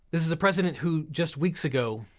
this is a president who just weeks ago,